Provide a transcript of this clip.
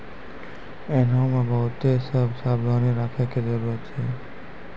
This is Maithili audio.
एहनो मे बहुते सभ सावधानी राखै के जरुरत छै